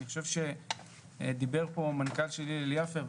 אני חושב שדיבר פה מנכ"ל של הלל יפה,